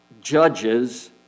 judges